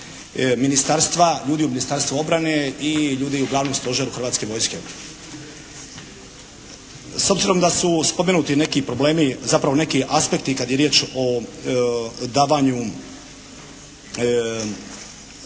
ministarstva, ljudi u Ministarstvu obrane i ljudi u Glavnom stožeru hrvatske vojske. S obzirom da su spomenuti neki problemi, zapravo neki aspekti kad je riječ o davanju